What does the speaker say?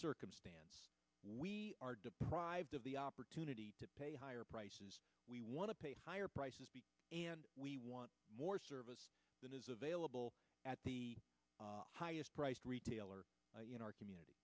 circumstance we are deprived of the opportunity to pay higher prices we want to pay higher prices and we want more service than is available at the highest priced retailer in our community